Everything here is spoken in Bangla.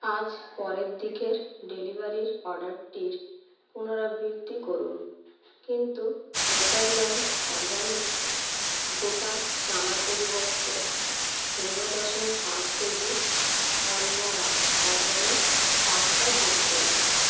আজ পরের দিকের ডেলিভারির অর্ডারটির পুনরাবৃত্তি করুন কিন্তু নেচারল্যাণ্ড অর্গ্যানিক্স গোটা চানার পরিবর্তে শূন্য দশমিক পাঁচ কেজি অনমরা অর্গ্যানিক পাস্তা যোগ করুন